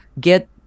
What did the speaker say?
get